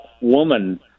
woman